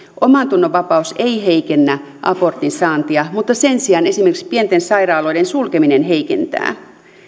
omantunnonvapaus ei heikennä abortin saantia mutta sen sijaan esimerkiksi pienten sairaaloiden sulkeminen heikentää